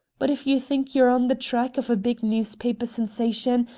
but if you think you're on the track of a big newspaper sensation,